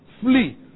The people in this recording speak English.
Flee